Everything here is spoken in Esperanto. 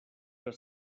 per